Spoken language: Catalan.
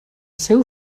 seu